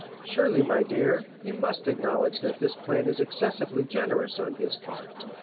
surely, my dear, you must acknowledge that this plan is excessively generous on his part.